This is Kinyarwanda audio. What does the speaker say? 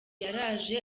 yaraje